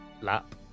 lap